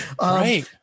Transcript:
Right